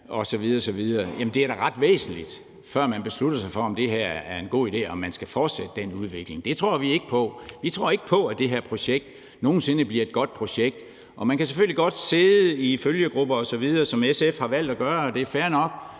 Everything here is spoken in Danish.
det da er ret væsentligt, før man beslutter sig for, om det her er en god idé, og om man skal fortsætte den udvikling. Det tror vi ikke på. Vi tror ikke på, at det her projekt nogen sinde bliver et godt projekt. Man kan selvfølgelig godt sidde i følgegrupper osv., som SF har valgt at gøre, og det er fair nok,